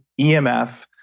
EMF